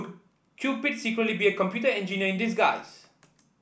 Cupid secretly be a computer engineer in disguise